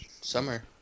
Summer